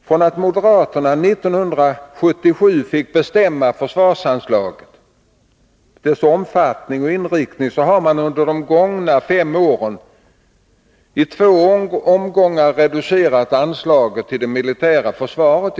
Från det att moderaterna 1977 fick bestämma försvarsanslagets omfattning och inrikt ning har man under de gångna fem åren i två omgångar reducerat anslaget till det militära försvaret.